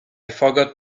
forgot